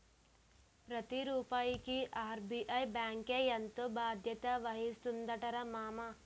ప్రతి రూపాయికి ఆర్.బి.ఐ బాంకే ఎంతో బాధ్యత వహిస్తుందటరా మామా